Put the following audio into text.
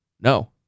No